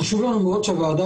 חשוב לנו מאוד שהוועדה,